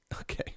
Okay